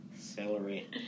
Celery